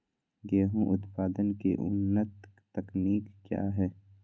गेंहू उत्पादन की उन्नत तकनीक क्या है?